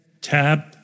tab